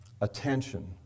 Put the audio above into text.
Attention